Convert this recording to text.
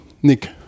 Nick